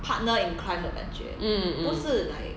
mm mm